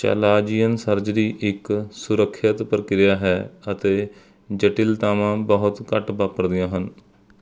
chalazion surgery ਇੱਕ ਸੁਰੱਖਿਅਤ ਪ੍ਰਕਿਰਿਆ ਹੈ ਅਤੇ ਜਟਿਲਤਾਵਾਂ ਬਹੁਤ ਘੱਟ ਵਾਪਰਦੀਆਂ ਹਨ